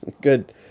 Good